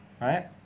Right